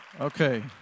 Okay